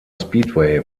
speedway